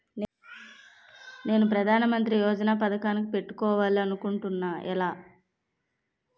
నేను ప్రధానమంత్రి యోజన పథకానికి పెట్టుకోవాలి అనుకుంటున్నా ఎలా?